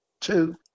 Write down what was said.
two